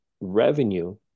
revenue